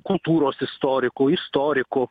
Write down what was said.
kultūros istorikų istorikų